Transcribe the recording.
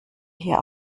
hier